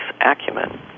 acumen